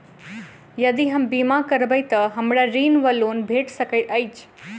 यदि हम बीमा करबै तऽ हमरा ऋण वा लोन भेट सकैत अछि?